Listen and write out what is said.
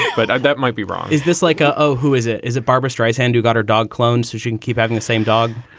but that might be wrong. is this like ah oh, who is it? is it barbra streisand who got her dog cloned so she can keep having the same dog?